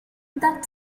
that